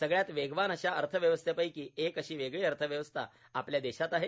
सगळ्यात वेगवान अशा अर्थव्यवस्थेपैकी एक अशी वेगळी अर्थव्यवस्था आपल्या देशाची आहे